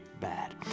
bad